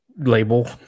label